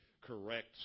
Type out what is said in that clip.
correct